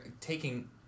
taking